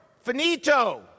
Finito